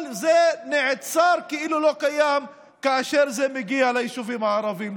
כל זה נעצר כאילו לא קיים כאשר זה מגיע ליישובים הערביים.